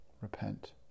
repent